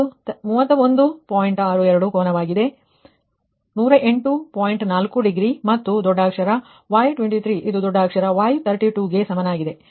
4 degree ಮತ್ತು ದೊಡ್ಡ ಅಕ್ಷರ Y23 ಇದು ದೊಡ್ಡ ಅಕ್ಷರ Y32 ಗೆ ಸಮನಾಗಿದೆ